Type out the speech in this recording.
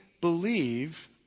believe